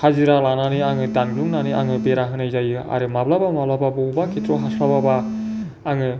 हाजिरा लानानै आङो दानग्लुंनानै आङो बेरा होनाय जायो आरो माब्लाबा माब्लाबा बबेबा खेत्र'आव हास्लाबाबा आङो